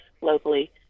locally